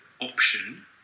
option